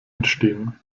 entstehen